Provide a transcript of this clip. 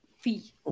fee